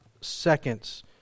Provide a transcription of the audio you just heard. seconds